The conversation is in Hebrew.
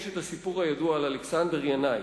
יש הסיפור הידוע על אלכסנדר ינאי